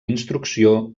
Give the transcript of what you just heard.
instrucció